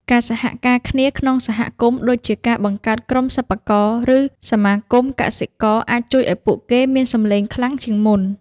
ការសហការគ្នាក្នុងសហគមន៍ដូចជាការបង្កើតក្រុមសិប្បករ ឬសមាគមកសិករអាចជួយឱ្យពួកគេមានសំឡេងខ្លាំងជាងមុន។